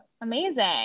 amazing